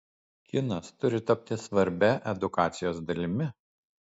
kinas turi tapti svarbia edukacijos dalimi